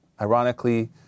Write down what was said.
Ironically